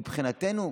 מבחינתנו,